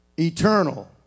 Eternal